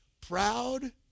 proud